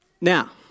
Now